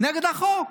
נגד החוק.